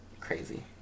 Crazy